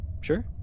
sure